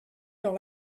dans